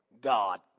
God